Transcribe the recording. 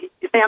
Sam